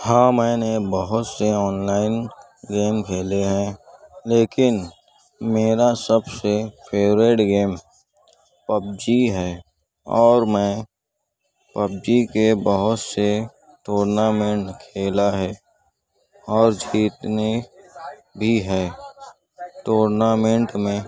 ہاں میں نے بہت سے آن لائن گیم کھیلے ہیں لیکن میرا سب سے فیوریٹ گیم پب جی ہے اور میں پب جی کے بہت سے ٹورنامینٹ کھیلا ہے اور جیتنے بھی ہے ٹورنامینٹ میں